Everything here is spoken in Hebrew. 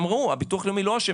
ביטוח לאומי לא אשם.